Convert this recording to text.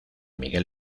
miguel